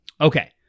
Okay